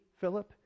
Philip